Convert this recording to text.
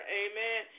amen